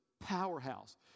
powerhouse